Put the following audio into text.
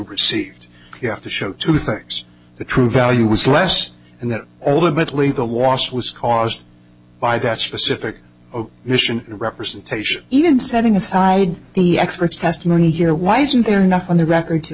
received you have to show two things the true value was less and that ultimately the lost was caused by that specific mission and representation even setting aside the experts testimony here why isn't there enough on the record to